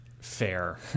fair